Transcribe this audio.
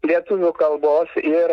lietuvių kalbos ir